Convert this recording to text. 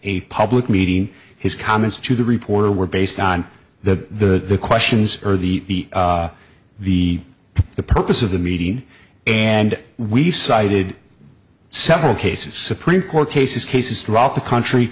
a public meeting his comments to the reporter were based on the questions or the the the purpose of the meeting and we cited several cases supreme court cases cases throughout the country